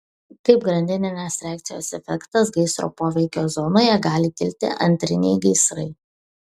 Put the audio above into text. kaip grandininės reakcijos efektas gaisro poveikio zonoje gali kilti antriniai gaisrai